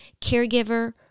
caregiver